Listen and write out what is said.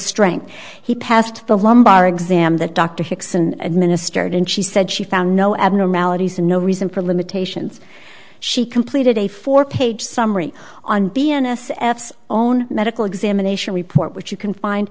strength he passed the lumbar exam that dr hixon administered and she said she found no abnormalities no reason for limitations she completed a four page summary on b n s f's own medical examination report which you can find